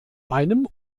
einem